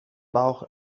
bauch